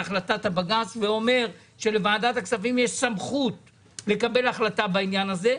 החלטת בג"ץ ואומרת שלוועדת הכספים יש סמכות לקבל החלטה בעניין הזה.